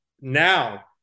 Now